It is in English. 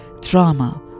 trauma